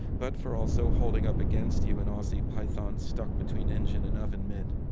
but for also holding up against you an aussie python stuck between engine and oven mitt.